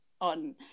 on